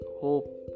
hope